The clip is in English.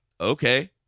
Okay